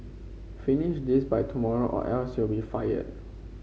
finish this by tomorrow or else you'll be fired